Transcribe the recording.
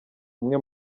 umwe